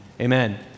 Amen